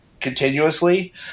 continuously